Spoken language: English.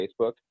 Facebook